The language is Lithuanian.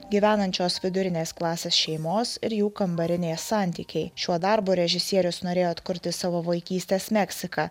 gyvenančios vidurinės klasės šeimos ir jų kambarinės santykiai šiuo darbu režisierius norėjo atkurti savo vaikystės meksiką